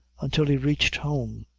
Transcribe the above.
until he reached home.